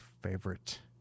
favorite